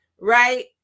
right